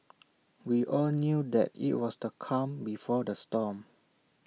we all knew that IT was the calm before the storm